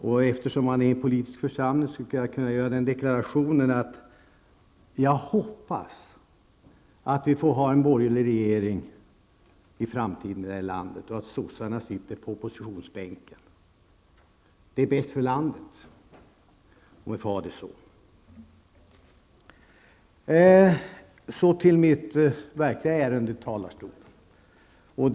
Eftersom jag befinner mig i en politisk församling, skall jag göra deklarationen att jag hoppas att vi får ha en borgerlig regering i framtiden i det här landet och att ''sossarna'' skall sitta på oppositionsbänken. Det är bäst för landet om vi får ha det så. Så till mitt verkliga ärende i talarstolen.